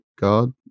god